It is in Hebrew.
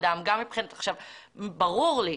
ברור לי,